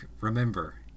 remember